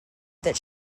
that